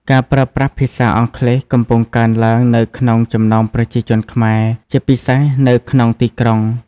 ការប្រើប្រាស់ភាសាអង់គ្លេសកំពុងកើនឡើងនៅក្នុងចំណោមប្រជាជនខ្មែរ ជាពិសេសនៅក្នុងទីក្រុង។